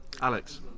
Alex